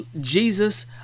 Jesus